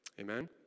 Amen